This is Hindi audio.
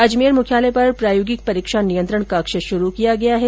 अजमेर मुख्यालय पर प्रायोगिक परीक्षा नियंत्रण कक्ष शुरू किया गया है